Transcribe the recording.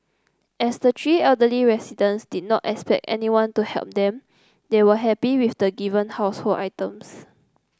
as the three elderly residents did not expect anyone to help them they were happy with the given household items